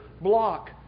block